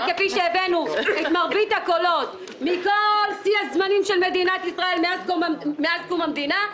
כפי שהבאנו כמות קולות שהיא שיא של מדינת ישראל מאז קום המדינה,